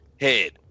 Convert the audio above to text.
head